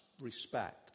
respect